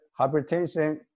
hypertension